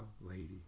Lady